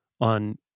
on